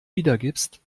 wiedergibst